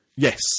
Yes